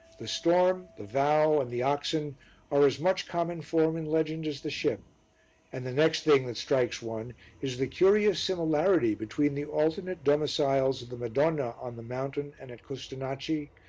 the storm, the vow and the oxen are as much common form in legend as the ship and the next thing that strikes one is the curious similarity between the alternate domiciles of the madonna on the mountain and at custonaci,